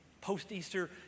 Post-Easter